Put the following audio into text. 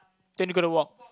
then you got to walk